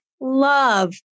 love